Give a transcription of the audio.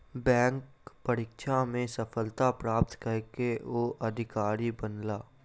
bank परीक्षा में सफलता प्राप्त कय के ओ अधिकारी बनला